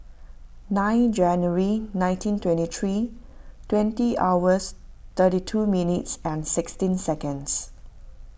nine January nineteen twenty three twenty hours thirty two minutes and sixteen seconds